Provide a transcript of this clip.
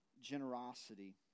generosity